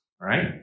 right